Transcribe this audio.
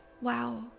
wow